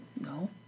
No